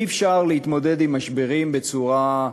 אי-אפשר להתמודד עם משברים בצורה,